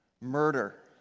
Murder